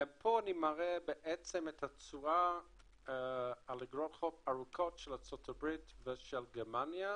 פה אני מראה את התשואה על אגרות חוב ארוכות של ארה"ב ושל גרמניה